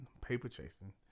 paper-chasing